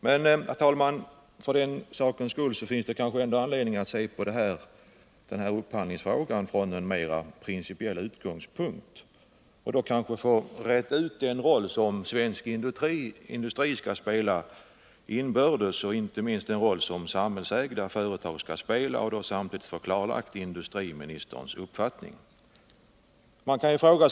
Men det finns, herr talman, anledning att se från en mera principiell utgångspunkt på upphandlingsfrågan och den roll som svenska företag skall spela inbördes — inte minst vilken roll samhällsägda företag skall spela — och samtidigt få industriministerns uppfattning klarlagd.